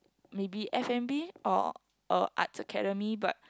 maybe F and B or a arts academy but